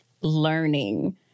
learning